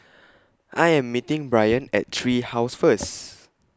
I Am meeting Bryan At Tree House First